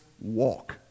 walk